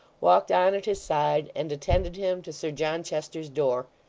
walked on at his side, and attended him to sir john chester's door,